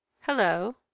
Hello